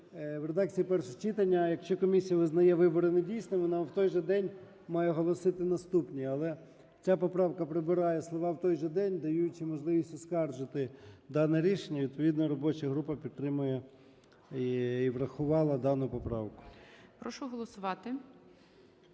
в редакції першого читання, якщо комісія визнає вибори недійсними, вона в той же день має оголосити наступні. Але ця поправка прибирає слова "в той же день", даючи можливість оскаржити дане рішення. Відповідно, робоча група підтримує і врахувала дану поправку. ГОЛОВУЮЧИЙ. Прошу голосувати.